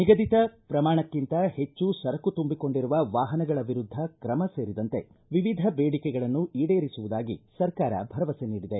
ನಿಗದಿತ ಪ್ರಮಾಣಕ್ಕಿಂತ ಹೆಚ್ಚು ಸರಕು ತುಂಬಿಕೊಂಡಿರುವ ವಾಹನಗಳ ವಿರುದ್ಧ ತ್ರಮ ಸೇರಿದಂತೆ ವಿವಿಧ ದೇಡಿಕೆಗಳನ್ನು ಈಡೇರಿಸುವುದಾಗಿ ಸರ್ಕಾರ ಭರವಸೆ ನೀಡಿದೆ